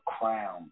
crown